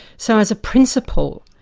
so as a principle,